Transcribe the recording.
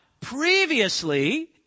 previously